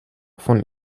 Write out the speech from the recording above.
vom